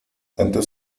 tanto